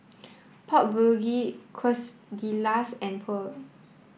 Pork Bulgogi Quesadillas and Pho